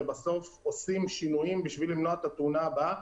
ובסוף עושים שינויים כדי למנוע את התאונה הבאה.